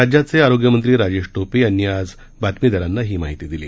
राज्याचे आरोग्यमंत्री राजेश टोपे यांनी आज वार्ताहरांना ही माहिती दिली